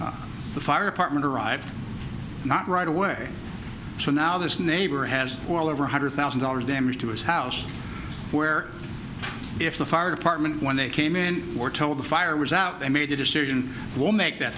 the fire department arrived not right away so now this neighbor has well over one hundred thousand dollars damage to his house where if the fire department when they came in or told fire was out i made the decision will make that